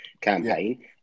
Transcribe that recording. campaign